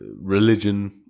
religion